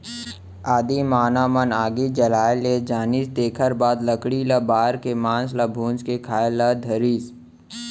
आदिम मानव मन आगी जलाए ले जानिस तेखर बाद लकड़ी ल बार के मांस ल भूंज के खाए ल धरिस